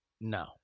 No